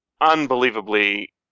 unbelievably